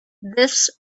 this